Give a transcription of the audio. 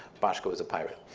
boshko is a pirate.